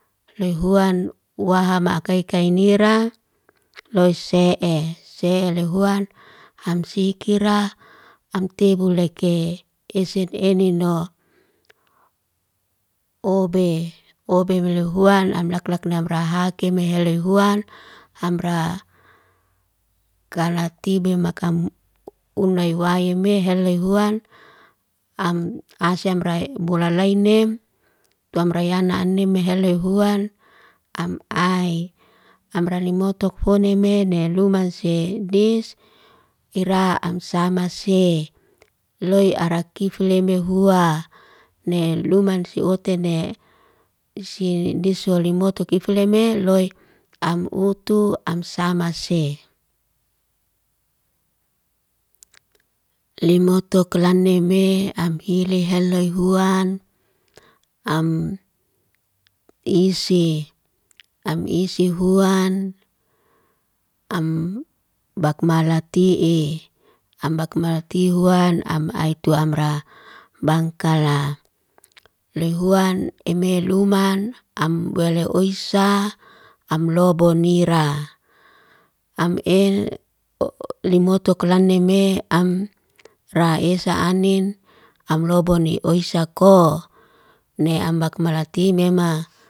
Loy huan wahama kai kainira, loy se'e, se loy huan ham sikira, ham tebu leke. Eset eni noa obe. Obe me loy huan, ham laklak namra hakeme heloy huan ham raa. Kala tibe makam unay way me heloy huan, ham asem rai mulalainem, tuam rayana anem heloy huan ham ayi. Ham ralimoto kufoneme, ne lumanse dis, kiraam samase. Loy ara kifleme hua, ne lumansi otene, si diso limoto kifleme loy ham utu am samase. limoto klane me, am hili hel loy huaan, am isi am isi huan, am bakmalati'i. Am bakmalati huan, am ayi tuamara bangkala. Loy huan, eme luman am wale oise, am lobonira. Am el o limoto klane me am ra esa anin, ham loboni oisa koo ne ambakmalati me maa.